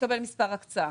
יקבל מספר הקצאה.